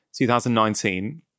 2019